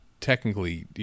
technically